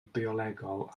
biolegol